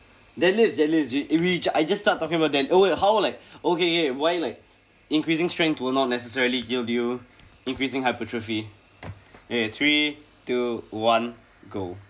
deadlifts deadlifts you which I just start talking about dead~ oh how like okay okay why like increasing strength will not necessarily yield you increasing hypertrophy okay three two one go